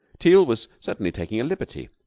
teal was certainly taking a liberty.